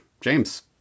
James